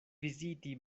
viziti